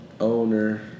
owner